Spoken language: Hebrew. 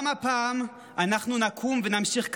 גם הפעם אנחנו נקום ונמשיך קדימה,